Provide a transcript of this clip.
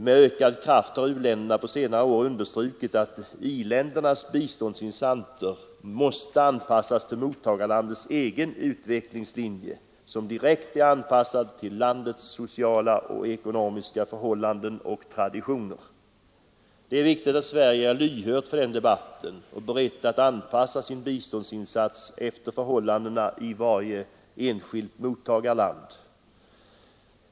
Med ökad kraft har u-länderna på senare år understrukit att industriländernas biståndsinsatser måste anpassas till mottagarlandets egen utvecklingslinje, som direkt är anpassad till landets sociala och ekonomiska förhållanden och traditioner. Det är viktigt att vi i Sverige är lyhörda för den debatten och beredda att anpassa vår biståndsinsats efter förhållandena i varje enskilt mottagarland.